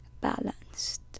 balanced